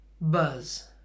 Buzz